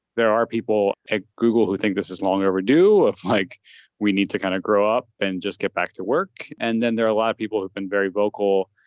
there are people at google who think this is long overdue. like we need to kind of grow up and just get back to work. and then there are a lot of people who've been very vocal.